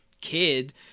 kid